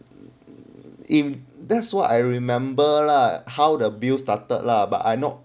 if that's what I remember lah how the bill started lah but I not